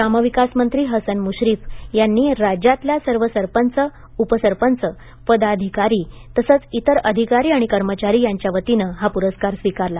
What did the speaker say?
ग्रामविकास मंत्री हसन मुश्रीफ यांनी राज्यातल्या सर्व संरचंप उपसंरपंच पदाधिकारी तसंच इतर अधिकारी आणि कर्मचारी यांच्या वतीनं हा पुरस्कार स्वीकारला